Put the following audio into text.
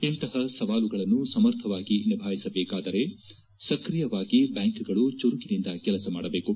ಇಂತಹ ಸವಾಲುಗಳನ್ನು ಸಮರ್ಥವಾಗಿ ನಿಭಾಯಿಸಬೇಕಾದರೆ ಸ್ಕ್ರಿಯವಾಗಿ ಬ್ಯಾಂಕ್ಗಳು ಚುರುಕಿನಿಂದ ಕೆಲಸ ಮಾಡಬೇಕು